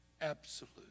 absolute